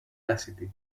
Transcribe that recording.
audacity